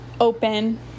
open